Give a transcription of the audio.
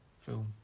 film